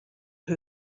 who